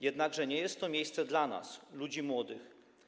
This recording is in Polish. Jednakże nie jest to miejsce dla nas, ludzi młodych.